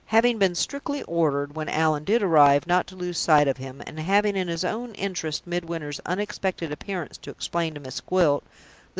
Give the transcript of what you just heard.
having been strictly ordered, when allan did arrive, not to lose sight of him, and having, in his own interests, midwinter's unexpected appearance to explain to miss gwilt,